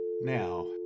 Now